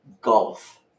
golf